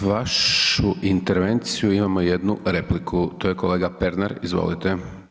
Na vašu intervenciju imamo jednu repliku, to je kolega Pernar, izvolite.